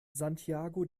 santiago